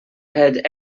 had